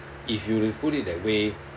if you put it that way